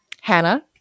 Hannah